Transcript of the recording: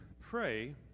pray